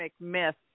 myth